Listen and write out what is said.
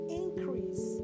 increase